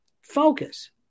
Focus